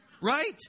Right